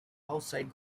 outside